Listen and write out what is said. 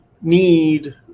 need